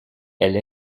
elle